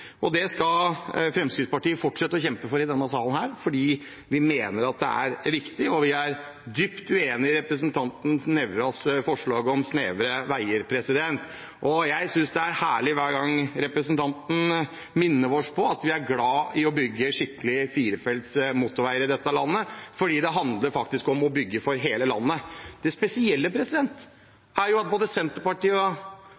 Det skal Fremskrittspartiet fortsette å kjempe for i denne salen fordi vi mener at det er viktig. Vi er dypt uenig i representanten Nævras forslag om snevre veier. Jeg synes det er herlig hver gang representanten minner oss på at vi er glad i å bygge skikkelige firefelts motorveier i dette landet, for det handler faktisk om å bygge for hele landet. Det spesielle